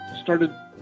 started